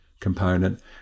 component